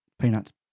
Peanut's